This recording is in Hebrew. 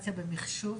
הדיגיטציה במחשוב.